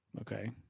Okay